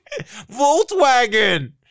Volkswagen